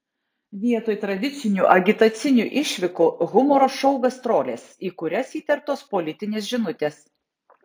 vietoj tradicinių agitacinių išvykų humoro šou gastrolės į kurias įterptos politinės žinutės